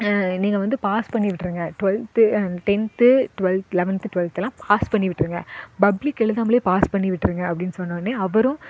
நீங்கள் வந்து பாஸ் பண்ணி விட்டுருங்க ட்வெல்த்து டென்த்து டுவெல் லெவன்த் டுவெல்த்தெல்லாம் பாஸ் பண்ணி விட்டுருங்க பப்ளிக் எழுதாமலேயே பாஸ் பண்ணி விட்டுருங்க அப்படின்னு சொன்னோடனே அவரும்